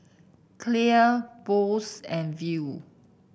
Clear Bose and Viu